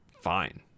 fine